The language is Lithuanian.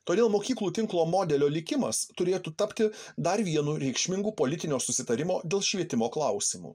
todėl mokyklų tinklo modelio likimas turėtų tapti dar vienu reikšmingu politinio susitarimo dėl švietimo klausimu